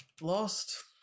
lost